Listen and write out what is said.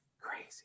Crazy